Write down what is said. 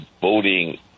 voting